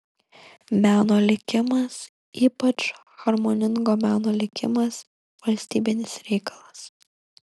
meno likimas ypač harmoningo meno likimas valstybinis reikalas